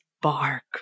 bark